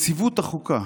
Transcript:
"יציבות החוקה",